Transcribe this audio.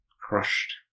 crushed